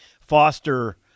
Foster